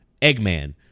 Eggman